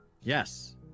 yes